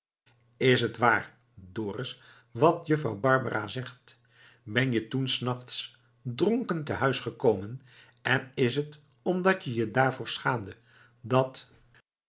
is t waar dorus wat juffrouw barbara zegt ben je toen s nachts dronken tehuis gekomen en is t omdat je je daarvoor schaamdet dat